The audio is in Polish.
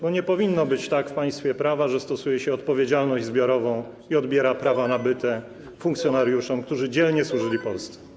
Bo nie powinno być tak w państwie prawa, że stosuje się odpowiedzialność zbiorową i odbiera prawa nabyte funkcjonariuszom, którzy dzielnie służyli Polsce.